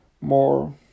more